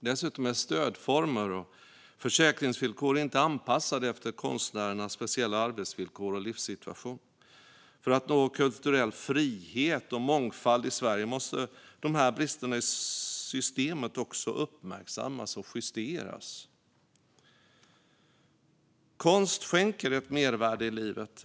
Dessutom är stödformer och försäkringsvillkor inte anpassade efter konstnärernas speciella arbetsvillkor och livssituation. För att nå kulturell frihet och mångfald i Sverige måste dessa brister i systemet också uppmärksammas och justeras. Konst skänker ett mervärde i livet.